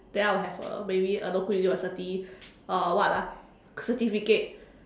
then I will have a maybe a local university uh what ah certificate